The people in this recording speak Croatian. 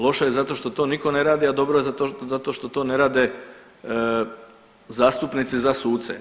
Loše je zato što to nitko ne radi, a dobro je zato što to ne rade zastupnici za suce.